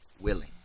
willing